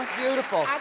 beautiful.